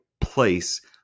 place